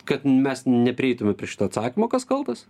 kad mes neprieitume prie šito atsakymo kas kaltas